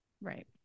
Right